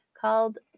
called